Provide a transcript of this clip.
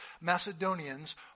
Macedonians